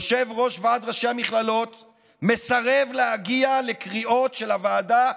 יושב-ראש ועד ראשי המכללות מסרב להגיע לקריאות של הוועדה,